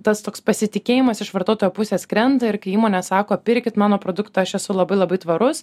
tas toks pasitikėjimas iš vartotojo pusės krenta ir kai įmonė sako pirkit mano produktą aš esu labai labai tvarus